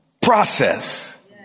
process